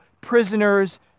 prisoners